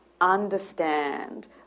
understand